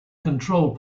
control